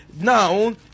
now